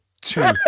Two